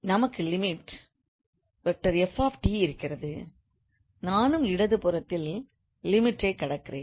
நமக்கு லிமிட்𝑓⃗𝑡 இருக்கிறது நானும் இடது புறத்தில் Limit ஐக் கடக்கிறேன்